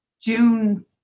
June